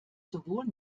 sowohl